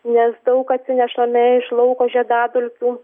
nes daug atsinešame iš lauko žiedadulkių